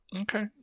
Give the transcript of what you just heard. Okay